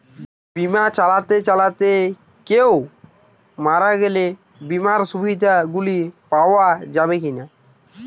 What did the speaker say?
বিমা চালাতে চালাতে কেও মারা গেলে বিমার সুবিধা গুলি পাওয়া যাবে কি না?